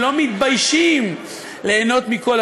הרווחה והבריאות להכנה לקריאה